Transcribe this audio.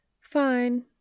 Fine